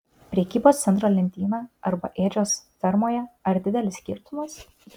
prekybos centro lentyna arba ėdžios fermoje ar didelis skirtumas